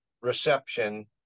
reception